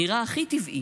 זה נראה הכי טבעי.